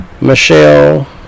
Michelle